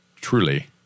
Truly